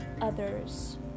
others